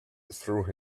through